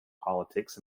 politics